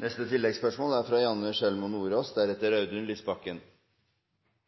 Janne Sjelmo Nordås – til oppfølgingsspørsmål. Det er